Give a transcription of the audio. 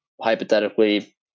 hypothetically